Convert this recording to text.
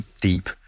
deep